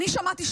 אני שמעתי,